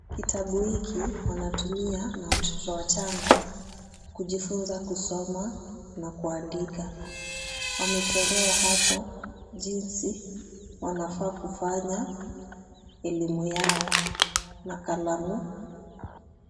Kitabu hiki wanatumia na watoto wachanga kujifunza kusoma na kuandika. Wamechorewa hapo jinsi wanafaa kufanya elimu yao na kalamu.